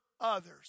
others